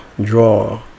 draw